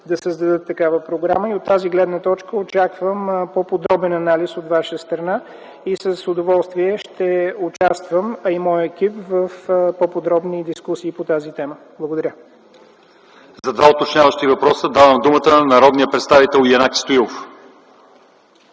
да създадат такава програма. От тази гледна точка очаквам по-подробен анализ от Ваша страна. С удоволствие ще участвам, а и моят екип, в по-подробни дискусии по тази тема. Благодаря. ПРЕДСЕДАТЕЛ ЛЪЧЕЗАР ИВАНОВ: За два уточняващи въпроса давам думата на народния представител Янаки Стоилов.